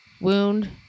wound